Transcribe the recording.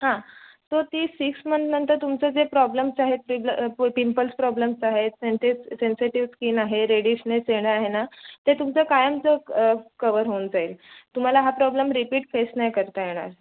हां तर ती सिक्स मंथनंतर तुमचं जे प्रॉब्लम्स आहेत ते ब्ल पिंपल्स प्रॉब्लम्स आहेत सेन्से सेन्सेटिव स्किन आहे रेडिशनेस येणं आहे ना ते तुमचं कायमचं कवर होऊन जाईल तुम्हाला हा प्रॉब्लम रिपीट फेस नाही करता येणार